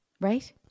Right